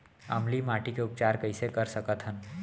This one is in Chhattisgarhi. अम्लीय माटी के उपचार कइसे कर सकत हन?